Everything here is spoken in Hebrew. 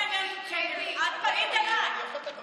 את פנית אליי, פנית אליי.